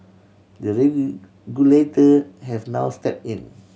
the have now step in